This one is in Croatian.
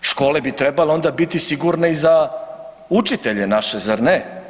Škole bi trebale onda biti sigurne i za učitelje naše zar ne?